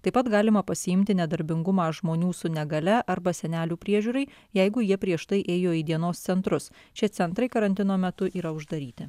taip pat galima pasiimti nedarbingumą žmonių su negalia arba senelių priežiūrai jeigu jie prieš tai ėjo į dienos centrus šie centrai karantino metu yra uždaryti